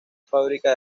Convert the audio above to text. fábrica